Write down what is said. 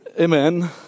amen